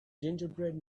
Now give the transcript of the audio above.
gingerbread